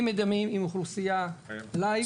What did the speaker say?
אם מדמים עם אוכלוסייה לייב,